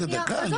שנייה, שנייה.